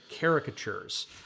caricatures